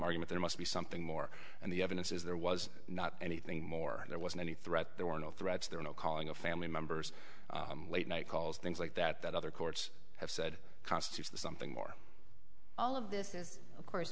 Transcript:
argument there must be something more and the evidence is there was not anything more there wasn't any threat there were no threats there are no calling a family members late night calls things like that that other courts have said constitutes the something more all of this of course